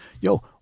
yo